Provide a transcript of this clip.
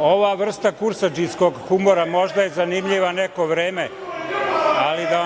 ova vrsta kursadžijskog humora možda je zanimljiva neko vreme, ali da